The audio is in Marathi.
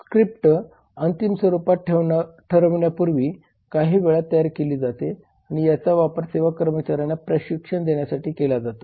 स्क्रिप्ट अंतिम स्वरूपात ठरविण्यापूर्वी काही वेळा तयार केली जाते आणि याचा वापर सेवा कर्मचाऱ्यांना प्रशिक्षण देण्यासाठी केला जातो